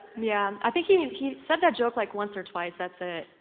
yeah, i think he he said that joke like once or twice, that's ah it.